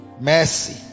Mercy